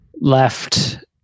left